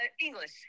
English